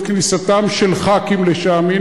את כניסתם של חברי כנסת לשם?